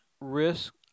risk